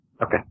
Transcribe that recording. Okay